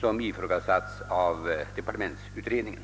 som ifrågasatts av departementsutredningen.